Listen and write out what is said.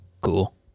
cool